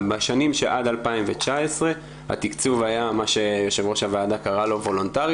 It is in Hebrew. בשנים שעד 2019 התקצוב היה מה שיו"ר הוועדה קרא לו וולונטרי